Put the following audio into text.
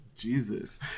Jesus